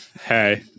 Hey